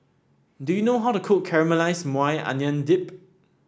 do you know how to cook Caramelized Maui Onion Dip